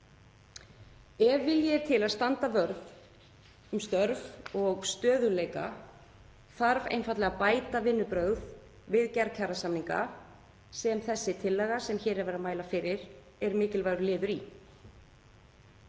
Ef vilji er til að standa vörð um störf og stöðugleika þarf einfaldlega að bæta vinnubrögð við gerð kjarasamninga, sem þessi tillaga sem hér er verið að mæla fyrir er mikilvægur liður í.